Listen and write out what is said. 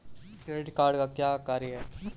Credit card का क्या कार्य है?